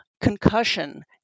concussion